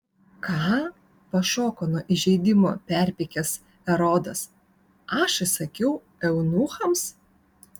ką pašoko nuo įžeidimo perpykęs erodas aš įsakiau eunuchams